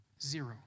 zero